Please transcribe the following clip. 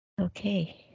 Okay